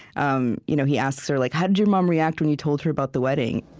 um you know he asks her, like how did your mom react when you told her about the wedding?